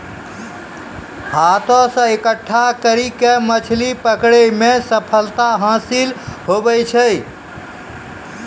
हाथ से इकट्ठा करी के मछली पकड़ै मे सफलता हासिल हुवै छै